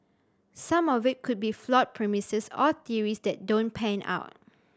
some of it could be flawed premises or theories that don't pan out